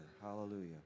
Hallelujah